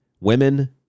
Women